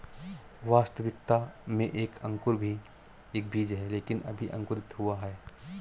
वास्तविकता में एक अंकुर भी एक बीज है लेकिन अभी अंकुरित हुआ है